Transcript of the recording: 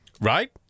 Right